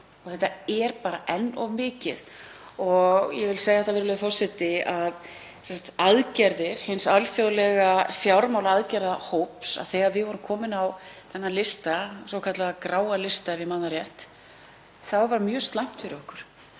þetta er enn of mikið. Ég vil segja það, virðulegur forseti, að aðgerðir hins alþjóðlega fjármálaaðgerðahóps — þegar við vorum komin á þennan lista, svokallaðan gráa lista ef ég man það rétt, þá var það mjög slæmt fyrir okkur.